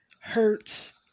hurts